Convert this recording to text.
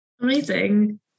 Amazing